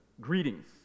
Greetings